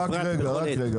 בסדר.